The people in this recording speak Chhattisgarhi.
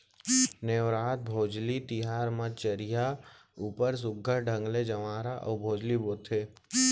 नेवरात, भोजली तिहार म चरिहा ऊपर सुग्घर ढंग ले जंवारा अउ भोजली बोथें